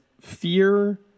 fear